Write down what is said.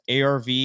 ARV